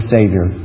Savior